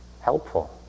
helpful